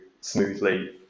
smoothly